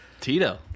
tito